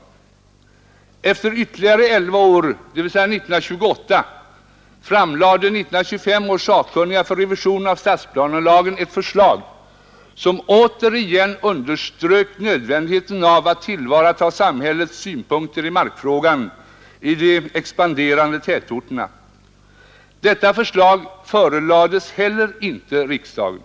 Efter Nr 144 ytterligare elva år, dvs. 1928, framlade 1925 års sakkunniga för revision av stadsplanelagen ett förslag som återigen underströk nödvändigheten av att tillvarata samhällets synpunkter i markfrågan i de expanderande tätorterna. Detta förslag förelades heller inte riksdagen.